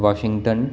Washington